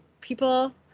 people